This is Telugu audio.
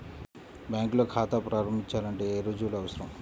బ్యాంకులో ఖాతా ప్రారంభించాలంటే ఏ రుజువులు అవసరం?